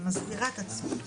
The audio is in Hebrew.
אני מסבירה את עצמי,